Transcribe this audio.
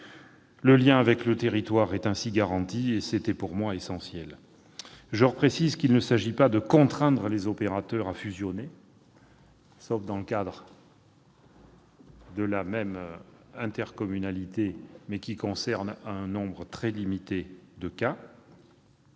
Le lien avec les territoires est ainsi garanti, ce qui est pour moi essentiel. Je précise de nouveau qu'il s'agit non pas de contraindre les opérateurs à fusionner, sauf dans le cadre de la même intercommunalité, ce qui concerne un nombre très limité de cas,